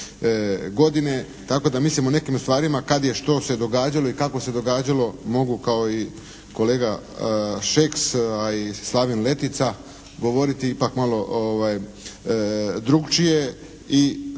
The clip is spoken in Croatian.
godine tako da mislimo o nekim stvarima kad je što se događalo i kako se događalo mogu kao i kolega Šeks, a i Slaven Letica govoriti ipak malo drukčije i